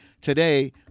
today